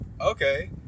okay